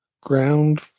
ground